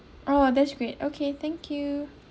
oh that's great okay thank you